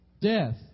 Death